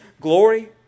glory